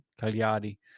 Cagliari